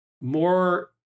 more